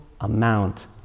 amount